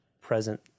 present